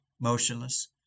motionless